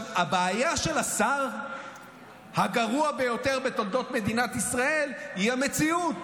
הבעיה של השר הגרוע ביותר בתולדות מדינת ישראל היא המציאות,